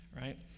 right